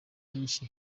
byinshi